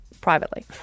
privately